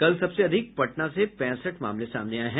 कल सबसे अधिक पटना से पैंसठ मामले सामने आये हैं